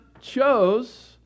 chose